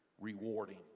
rewarding